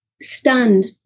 stunned